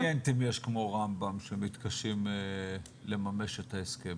כמה קליינטים יש כמו רמב"ם שמתקשים לממש את ההסכם?